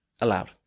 aloud